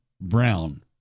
brown